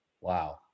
Wow